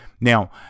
Now